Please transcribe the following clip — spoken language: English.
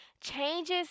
Changes